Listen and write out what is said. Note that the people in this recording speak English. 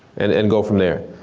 and and go from there.